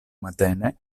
matene